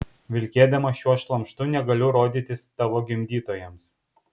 vilkėdama šiuo šlamštu negaliu rodytis tavo gimdytojams